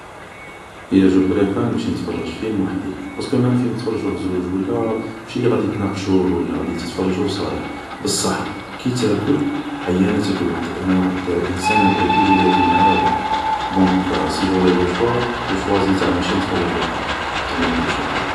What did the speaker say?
هي جو بريفار نمشي نتفرج فيلم وحدي ، بارسكو مام فيلم يتفرجوه زوج ولا ماشي لي غادي يتناقشوه ، غادي تتفرجو و صايي ، بصح كي تاكل ، عيان تاكل وحدك ، انا واحد انسان ، نبغي توجور ياكل معايا واحد، دونك سي جوري لو شوا جو شوازي تاع نمشي نتفرج وحدي بصح ما ناكلش وحدي